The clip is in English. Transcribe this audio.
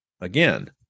Again